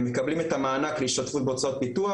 הם מקבלים את המענק להשתתפות בהוצאות פיתוח,